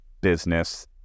business